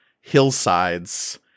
hillsides